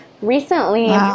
Recently